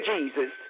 Jesus